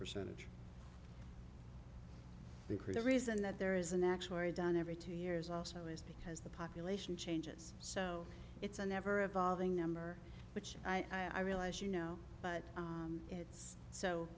percentage increase the reason that there is an actuary down every two years also is because the population changes so it's an ever evolving number which i realize you know but it's so